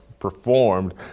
performed